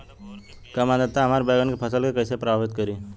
कम आद्रता हमार बैगन के फसल के कइसे प्रभावित करी?